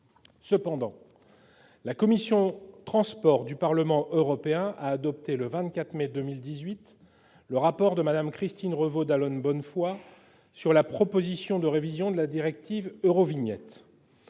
Cependant, la commission des transports et du tourisme du Parlement européen a adopté, le 24 mai, le rapport de Mme Christine Revault d'Allonnes Bonnefoy sur la proposition de révision de la directive Eurovignette.